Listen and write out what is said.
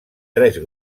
tres